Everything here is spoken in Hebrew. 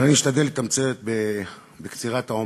אבל אני אשתדל לתמצת בקצירת האומר.